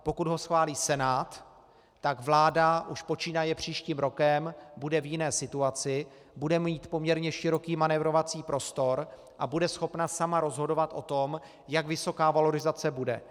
Pokud ho schválí Senát, tak vláda už počínaje příštím rokem bude v jiné situaci, bude mít poměrně široký manévrovací prostor a bude schopna sama rozhodovat o tom, jak vysoká valorizace bude.